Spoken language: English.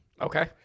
Okay